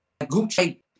Gucci